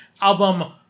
Album